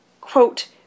quote